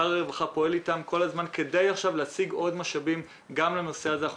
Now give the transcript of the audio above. שר הרווחה פועל כל הזמן כדי להשיג עוד משאבים גם לנושא הזה.